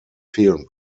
fehlen